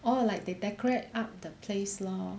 orh like they decorate up the place lor